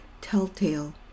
telltale